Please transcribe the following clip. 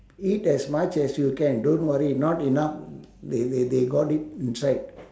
eat as much as you can don't worry not enough they they they got it inside